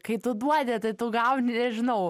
kai tu duodi tai tu gauni nežinau